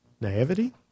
Naivety